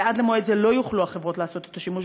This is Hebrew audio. ועד למועד זה לא יוכלו חברות אלה לעשות שימוש